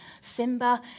Simba